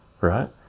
right